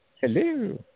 hello